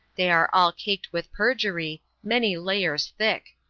they are all caked with perjury, many layers thick.